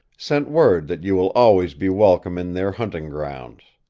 sent word that you will always be welcome in their hunting grounds.